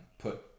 put